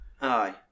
Aye